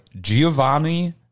Giovanni